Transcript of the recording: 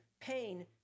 pain